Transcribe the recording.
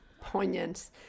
Poignant